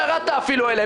אפילו לא ירדת אליהם.